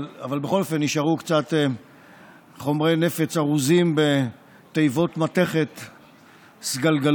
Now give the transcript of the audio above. אבל בכל אופן נשארו קצת חומרי נפץ ארוזים בתיבות מתכת סגלגלות,